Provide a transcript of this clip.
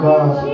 God